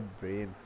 brain